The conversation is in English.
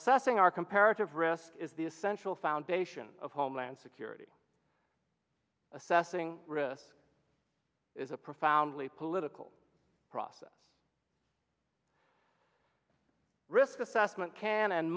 assessing our comparative risk is the essential foundation of homeland security assessing risk is a profoundly political process risk assessment can and